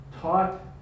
taught